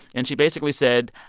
and she basically said,